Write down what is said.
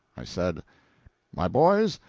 i said my boys,